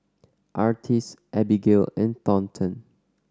Artis Abigale and Thornton